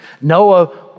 Noah